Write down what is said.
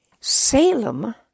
Salem